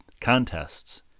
contests